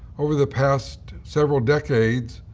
over the past several decades,